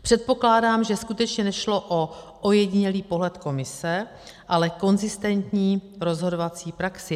Předpokládám, že skutečně nešlo o ojedinělý pohled komise, ale konzistentní rozhodovací praxi.